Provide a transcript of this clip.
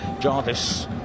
Jarvis